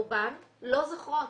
רובן לא זוכרות.